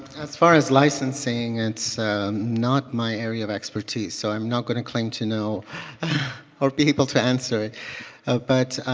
as far as licensing, it's not my area of expertise. so i'm not going to and claim to know or be able to answer ah but